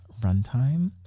runtime